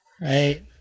right